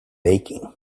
baking